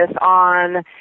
on –